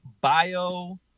bio